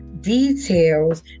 details